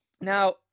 Now